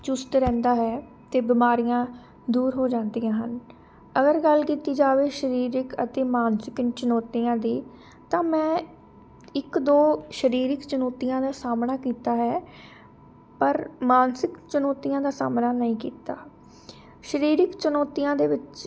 ਚੁਸਤ ਰਹਿੰਦਾ ਹੈ ਅਤੇ ਬਿਮਾਰੀਆਂ ਦੂਰ ਹੋ ਜਾਂਦੀਆਂ ਹਨ ਅਗਰ ਗੱਲ ਕੀਤੀ ਜਾਵੇ ਸਰੀਰਿਕ ਅਤੇ ਮਾਨਸਿਕਨ ਚੁਣੌਤੀਆਂ ਦੀ ਤਾਂ ਮੈਂ ਇੱਕ ਦੋ ਸਰੀਰਿਕ ਚੁਣੌਤੀਆਂ ਦਾ ਸਾਹਮਣਾ ਕੀਤਾ ਹੈ ਪਰ ਮਾਨਸਿਕ ਚੁਣੌਤੀਆਂ ਦਾ ਸਾਹਮਣਾ ਨਹੀਂ ਕੀਤਾ ਸਰੀਰਿਕ ਚੁਣੌਤੀਆਂ ਦੇ ਵਿੱਚ